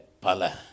Pala